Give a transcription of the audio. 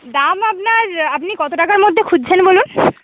দাম আপনার আপনি কত টাকার মধ্যে খুঁজছেন বলুন